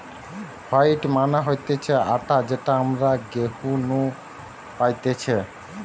wheat মানে হতিছে আটা যেটা আমরা গেহু নু পাইতেছে